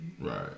Right